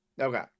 Okay